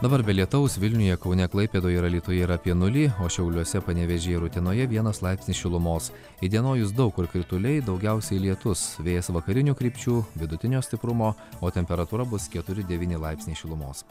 dabar be lietaus vilniuje kaune klaipėdoje ir alytuje yra apie nulį o šiauliuose panevėžyje ir utenoje vienas laipsnis šilumos įdienojus daug kur krituliai daugiausiai lietus vėjas vakarinių krypčių vidutinio stiprumo o temperatūra bus keturi devyni laipsniai šilumos